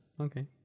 Okay